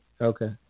Okay